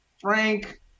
Frank